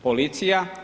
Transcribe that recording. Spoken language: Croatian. Policija.